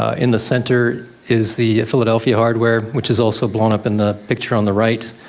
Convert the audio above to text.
ah in the center is the philadelphia hardware which is also blown up in the picture on the right.